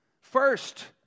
First